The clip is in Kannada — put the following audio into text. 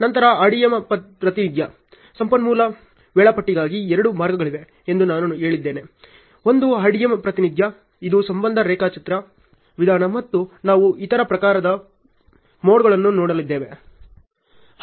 ನಂತರ RDM ಪ್ರಾತಿನಿಧ್ಯ ಸಂಪನ್ಮೂಲ ವೇಳಾಪಟ್ಟಿಗಾಗಿ ಎರಡು ಮಾರ್ಗಗಳಿವೆ ಎಂದು ನಾನು ಹೇಳಲಿದ್ದೇನೆ ಒಂದು RDM ಪ್ರಾತಿನಿಧ್ಯ ಇದು ಸಂಬಂಧ ರೇಖಾಚಿತ್ರ ವಿಧಾನ ಮತ್ತು ನಾವು ಇತರ ಪ್ರಕಾರದ ಮೋಡ್ಗಳನ್ನು ನೋಡಲಿದ್ದೇವೆ